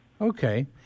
Okay